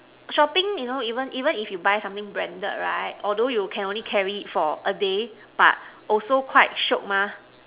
shopping you know even even if you buy something branded right although you can only carry for a day but also quite shiok mah